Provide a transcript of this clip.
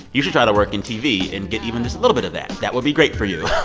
you should try to work in tv and get even just a little bit of that. that will be great for you.